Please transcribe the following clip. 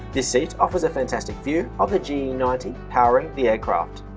this seat offers a fantastic view of the ge ninety powering the aircraft.